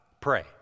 Pray